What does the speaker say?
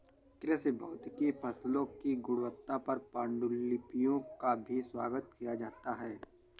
कृषि भौतिकी फसलों की गुणवत्ता पर पाण्डुलिपियों का भी स्वागत किया जाता है